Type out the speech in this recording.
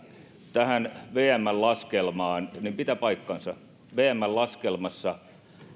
tähän vmn laskelmaan se pitää paikkansa että vmn laskelmassa